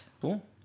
cool